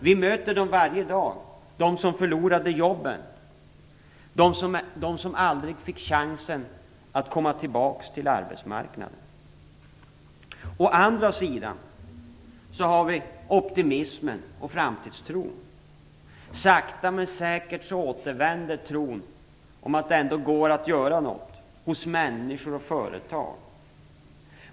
Vi möter dem varje dag - de som förlorade jobben, de som aldrig fick chansen att komma tillbaka till arbetsmarknaden. Å andra sidan har vi optimismen och framtidstron. Sakta men säkert återvänder hos människor och företag tron på att det ändå går att göra något.